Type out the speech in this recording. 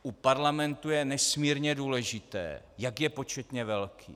U parlamentu je nesmírně důležité, jak je početně velký.